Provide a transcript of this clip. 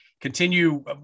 continue